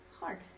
hard